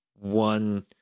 one